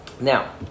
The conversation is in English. Now